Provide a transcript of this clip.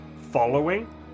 following